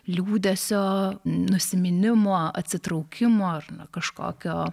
liūdesio nusiminimo atsitraukimo ar ne kažkokio